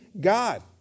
God